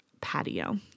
patio